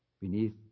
Beneath